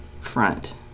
front